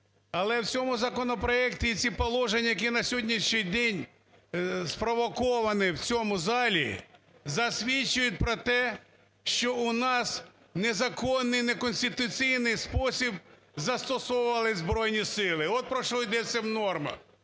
але в цьому законопроекті і ці положення, які на сьогоднішній день спровоковані в цьому залі, засвідчують про те, що у нас в незаконний, неконституційний спосіб застосували Збройні Сили. От про що йдеться в нормах.